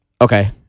Okay